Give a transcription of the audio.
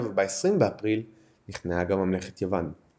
וב-20 באפריל נכנעה גם ממלכת יוון.